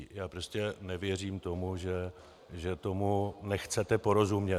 Já prostě nevěřím tomu, že tomu nechcete porozumět.